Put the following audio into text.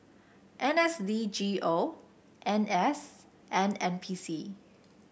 N S D G O N S and N P C